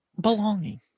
belonging